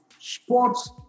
sports